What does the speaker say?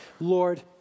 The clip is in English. Lord